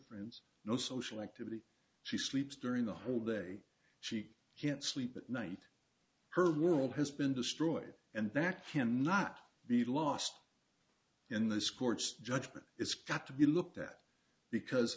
friends no social activity she sleeps during the whole day she can't sleep at night her world has been destroyed and that can not be lost in this court's judgment it's got to be looked at